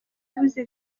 yabuze